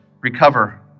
recover